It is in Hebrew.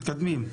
מתוך בחירה.